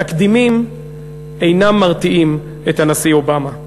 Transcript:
תקדימים אינם מרתיעים את הנשיא אובמה.